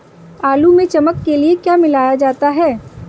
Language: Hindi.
आलू में चमक के लिए क्या मिलाया जाता है?